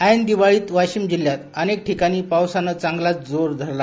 ऐन दिवाळीत वाशिम जिल्ह्यात अनेक ठिकाणी पावसान चांगलाच जोर धरला